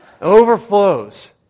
overflows